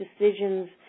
decisions